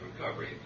recovery